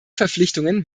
verpflichtungen